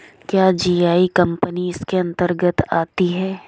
क्या GIC company इसके अन्तर्गत आती है?